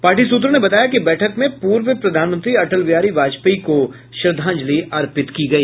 party सूत्रों ने बताया कि बैठक में पूर्व प्रधानमंत्री अटल बिहारी वाजपेयी को श्रद्धांजलि अर्पित की गई